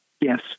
Yes